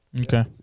Okay